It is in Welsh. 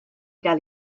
gael